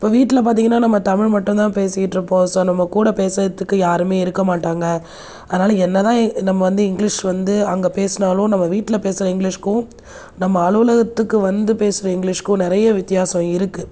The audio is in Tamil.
இப்போ வீட்டில் பார்த்தீங்கன்னா நம்ம தமிழ் மட்டும் தான் பேசிகிட்டு இருக்கோம் ஸோ நம்ம கூட பேசுகிறதுக்கு யாருமே இருக்க மாட்டாங்கள் அதனால் என்ன தான் நம்ம வந்து இங்கிலீஷ் வந்து அங்கே பேசினாலும் நம்ம வீட்டில் பேசுகிற இங்கிலீஷ்கும் நம்ம அலுவலகத்துக்கு வந்து பேசுகிற இங்கிலீஷ்க்கும் நிறைய வித்தியாசம் இருக்குது